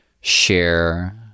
share